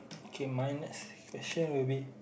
okay minus question would be